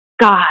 God